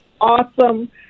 awesome